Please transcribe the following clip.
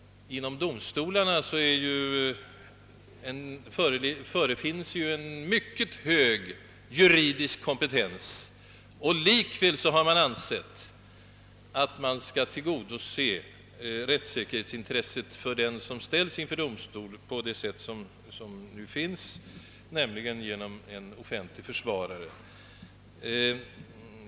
Ja, domstolarna har ju en om möjligt ännu högre juridisk kompetens och ändå har man ansett att rättssäkerheten för den som ställes inför domstol bör tillgodoses genom rätt till s.k. offentlig försvarare.